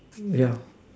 yeah